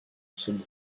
sud